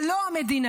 זה לא המדינה.